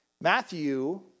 Matthew